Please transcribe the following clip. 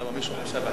למה, מישהו חשב אחרת?